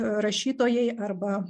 rašytojai arba